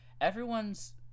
everyone's